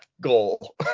goal